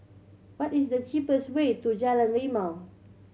what is the cheapest way to Jalan Rimau